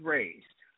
Raised